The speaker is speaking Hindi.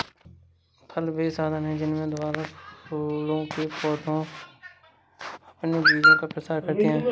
फल वे साधन हैं जिनके द्वारा फूलों के पौधे अपने बीजों का प्रसार करते हैं